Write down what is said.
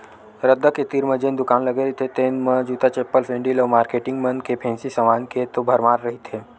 रद्दा के तीर म जेन दुकान लगे रहिथे तेन म जूता, चप्पल, सेंडिल अउ मारकेटिंग मन के फेंसी समान के तो भरमार रहिथे